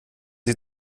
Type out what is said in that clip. sie